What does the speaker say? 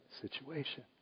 situation